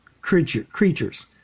creatures